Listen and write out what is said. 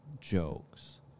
jokes